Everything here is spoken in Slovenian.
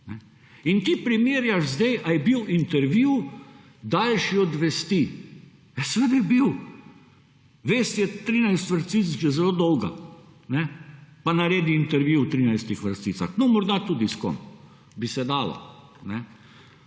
in ti primerjaš sedaj ali je bil intervju daljši od vesti ja seveda je bil. Veste je 13 vrstic že zelo dolga pa naredi intervju v 13 vrsticah no morda tudi s kom bi se dalo,